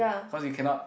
cause you cannot